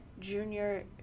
junior